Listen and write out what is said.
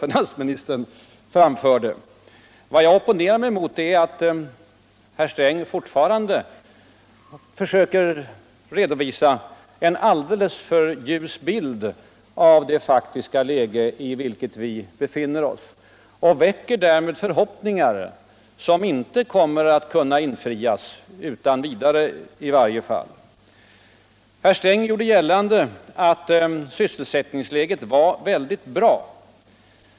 Vad jag har anledning att opponera cmot är att herr Sträng fortfarande försöker redovisa en alldeles för ljus bild av det ekonomiska läge i vilket vi belinner oss och därmed väckoer förhoppningar som inte kommer att kunna infrias. Herr Striäng. gjorde gällande att sysselsättningsläget var väldigt bra.